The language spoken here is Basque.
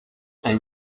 hain